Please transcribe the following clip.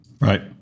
Right